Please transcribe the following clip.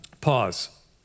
Pause